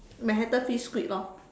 Manhattan fish squid lor